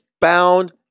bound